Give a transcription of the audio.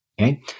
Okay